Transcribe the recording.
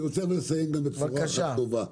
אני רוצה לסיים בבשורה טובה.